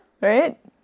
Right